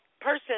person